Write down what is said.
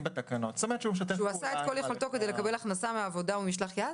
כי עשה את כל אשר ביכולתו כדי לקבל הכנסה מעבודה או ממשלח יד".